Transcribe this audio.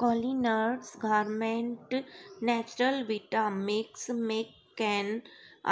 Qualinut gourmet natural vita mix make can